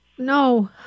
No